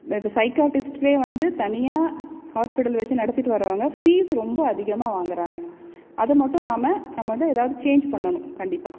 இப்போ சைக்காட்டிஸ்ட்லே வந்து தனியாக ஹாஸ்பிட்டல் வச்சு நடத்திகிட்டு வர்றவங்க ஃபீஸ் ரொம்ப அதிகமாக வாங்குறாங்க அது மட்டும் நாம நம்ம வந்து எதாவது சேன்ஞ் பண்ணணும் கண்டிப்பாக